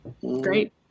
Great